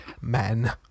Men